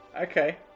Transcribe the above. Okay